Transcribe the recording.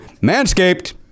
Manscaped